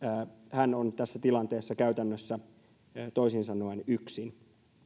hän on tässä tilanteessa käytännössä toisin sanoen yksin